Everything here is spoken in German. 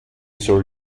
soll